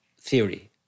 theory